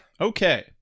Okay